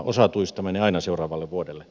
osa tuista menee aina seuraavalle vuodelle